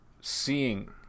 seeing